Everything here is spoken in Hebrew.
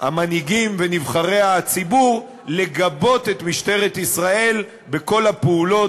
המנהיגים ונבחרי הציבור לגבות את משטרת ישראל בכל הפעולות,